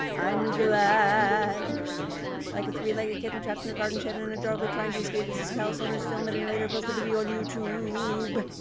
i'm glad like a three-legged kitten trapped in a garden shed and and adorably trying to escape as its callous owners film it and later post the video on youtube,